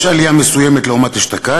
יש עלייה מסוימת לעומת אשתקד,